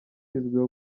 izwiho